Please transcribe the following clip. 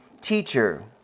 Teacher